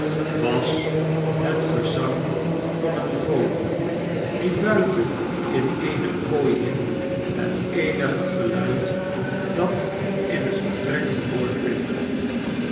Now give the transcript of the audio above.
was het gezang van een vogel die buiten in eene kooi hing het eenige geluid dat in het vertrek gehoord werd